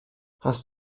hast